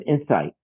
Insight